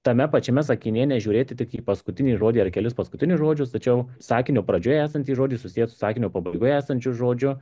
tame pačiame sakinyje nežiūrėti tik į paskutinį žodį ar kelis paskutinius žodžius tačiau sakinio pradžioje esantys žodžiai susiję su sakinio pabaigoje esančiu žodžiu